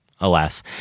Alas